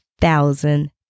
thousand